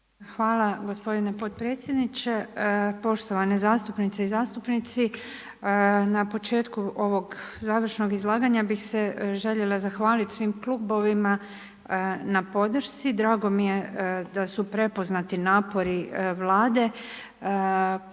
Hvala gospodine potpredsjedniče, poštovane zastupnice i zastupnici. Na početku ovog završnog izlaganja bih se željela zahvalit svim klubovima na podršci. Drago mi je da su prepoznati napori Vlade